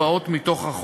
מכוחו.